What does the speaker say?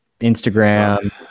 Instagram